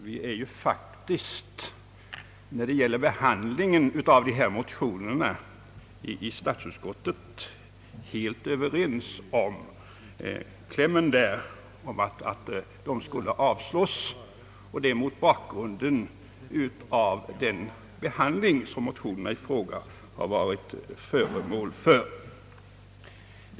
Vi har ju faktiskt varit helt överens i statsutskottet när det gäller klämmen om avslag på motionerna, detta mot bakgrunden av den behandling motionerna varit föremål för.